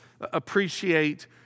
appreciate